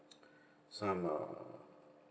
some err